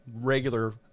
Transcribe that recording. regular